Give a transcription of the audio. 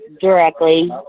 directly